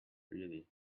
really